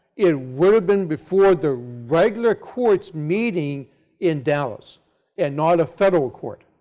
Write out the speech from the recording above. it would have been before the regular courts meeting in dallas and not a federal court.